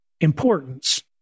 importance